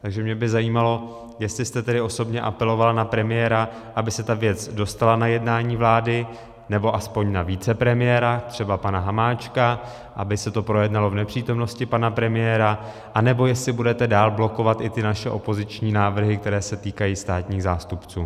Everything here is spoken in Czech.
Takže mě by zajímalo, jestli jste tedy osobně apelovala na premiéra, aby se ta věc dostala na jednání vlády, nebo aspoň na vicepremiéra, třeba pana Hamáčka, aby se to projednalo v nepřítomnosti pana premiéra, anebo jestli budete dál blokovat i ty naše opoziční návrhy, které se týkají státních zástupců.